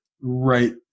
right